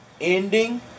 ending